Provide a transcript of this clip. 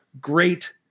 Great